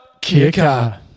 Kicker